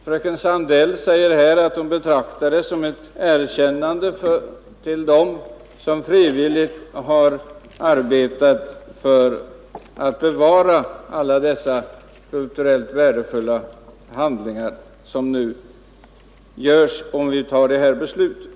Fröken Sandell säger också att hon betraktar det som ett erkännande till dem som frivilligt har arbetat för att bevara alla dessa kulturellt värdefulla handlingar, om vi tar det här beslutet.